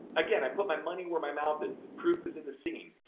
again, i put my money where my mouth is the proof is in the singing.